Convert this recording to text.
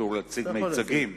אסור להציג מיצגים,